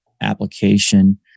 application